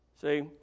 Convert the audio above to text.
See